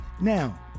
now